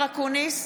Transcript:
אקוניס,